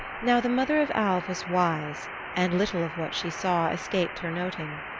now the mother of alv was wise and little of what she saw escaped her noting.